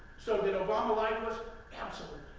so, did obama lie to us? absolutely.